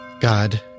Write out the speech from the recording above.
God